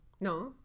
No